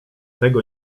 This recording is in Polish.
tego